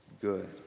good